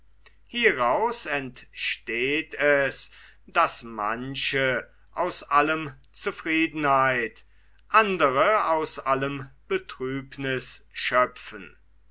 hieraus entsteht es daß manche aus allem zufriedenheit andre aus allem betrübniß schöpfen